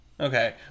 Okay